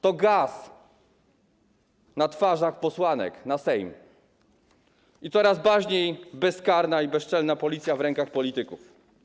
To gaz na twarzach posłanek na Sejm i coraz bardziej bezkarna i bezczelna policja w rękach polityków.